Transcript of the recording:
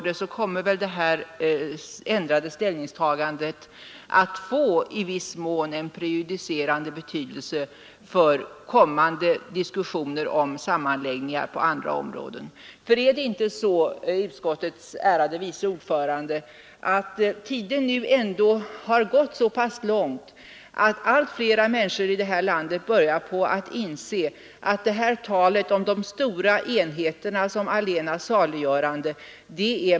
Det ändrade ställningstagandet kommer väl att i viss mån få en prejudicerande betydelse för kommande diskussioner om sammanläggningar på andra områden. Är det inte så, utskottets ärade vice ordförande, att allt fler människor i det här landet har blivit mer och mer skeptiska mot talet om de stora enheterna som allena saliggörande?